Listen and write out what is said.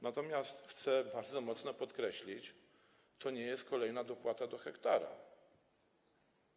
Natomiast chcę bardzo mocno podkreślić, że to nie jest kolejna dopłata do 1 ha.